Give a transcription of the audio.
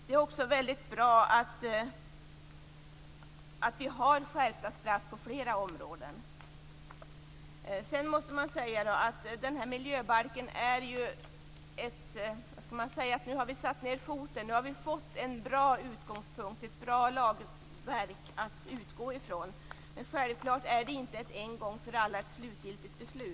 Det är bra att det blir skärpta straff på flera områden. Med miljöbalken har vi fått ett bra lagverk att utgå från. Självklart blir detta inte ett en gång för alla slutgiltigt beslut.